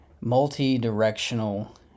multi-directional